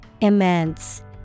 immense